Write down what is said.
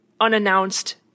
unannounced